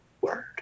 Word